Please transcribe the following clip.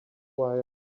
wire